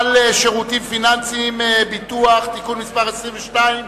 שירותים פיננסיים (ביטוח) (תיקון מס' 22),